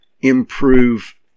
improve